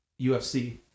UFC